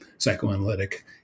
Psychoanalytic